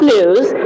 News